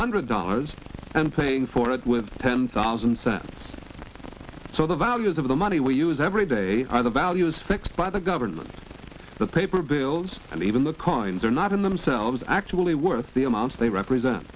hundred dollars and paying for it with ten thousand cents so the values of the money we use every day are the values fixed by the government the paper bills and even the coins are not in themselves actually worth the amounts they represent